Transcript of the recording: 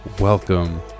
Welcome